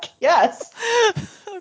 Yes